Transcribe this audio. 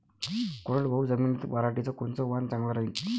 कोरडवाहू जमीनीत पऱ्हाटीचं कोनतं वान चांगलं रायीन?